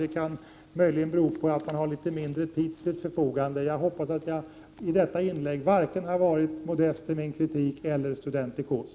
Det kan möjligen bero på att man har litet mindre tid till sitt förfogande i en replik. Jag hoppas att jag i detta inlägg varken har varit modest i min kritik eller studentikos.